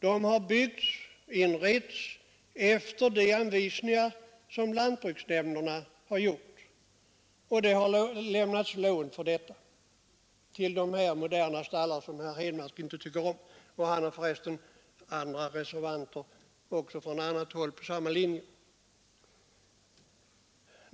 De har byggts och inretts efter anvisningar som lantbruksnämnderna har utfärdat, och det har lämnats lån till detta ändamål. Men herr Henmark tycker inte om de moderna stallarna, och han har för resten fått med sig motionärer även från annat håll på samma linje.